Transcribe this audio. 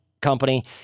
company